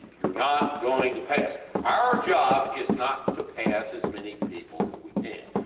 youre not going to pass. our job is not to pass as many people as we can,